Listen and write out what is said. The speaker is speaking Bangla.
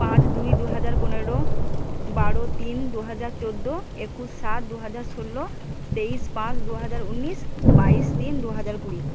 পাঁচ দুই দুহাজার পনেরো বারো তিন দুহাজার চৌদ্দ একুশ সাত দুহাজার ষোলো তেইশ পাঁচ দুহাজার উনিশ বাইশ তিন দুহাজার কুড়ি